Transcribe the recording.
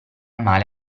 male